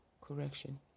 correction